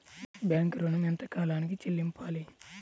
Bank ఋణం ఎంత కాలానికి చెల్లింపాలి?